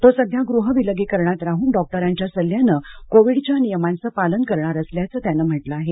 तो सध्या गृहविलगीकरणात राहून डॉक्टरांच्या सल्ल्याने कोविडच्या नियमांचं पालन करणार असल्याचं त्यानं म्हटलं आहे